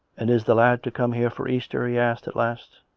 and is the lad to come here for easter? he asked at last.